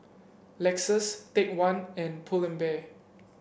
Lexus Take One and Pull and Bear